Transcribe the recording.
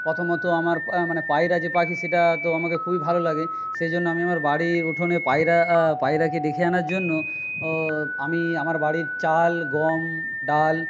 প্রথমত আমার মানে পায়রা যে পাখি সেটা তো আমাকে খুবই ভালো লাগে সেই জন্য আমি আমার বাড়ির উঠোনে পায়রা পায়রাকে ডেখে আনার জন্য আমি আমার বাড়ির চাল গম ডাল